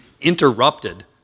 interrupted